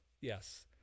yes